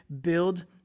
build